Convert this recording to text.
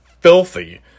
filthy